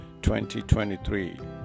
2023